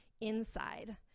inside